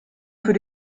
für